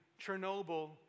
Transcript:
Chernobyl